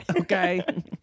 Okay